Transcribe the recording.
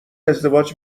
ازدواج